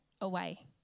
away